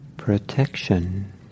protection